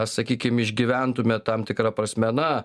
sakykim išgyventume tam tikra prasme na